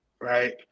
Right